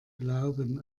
glauben